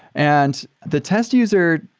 and the test user,